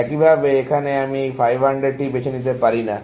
একইভাবে এখানে আমি এই 500টি বেছে নিতে পারি না